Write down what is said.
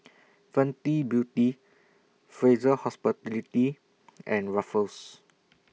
Fenty Beauty Fraser Hospitality and Ruffles